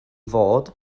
fod